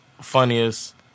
funniest